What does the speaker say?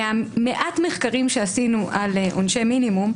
ממעט המחקרים שעשינו על עונשי מינימום,